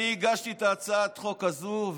אני הגשתי את הצעת חוק הזאת,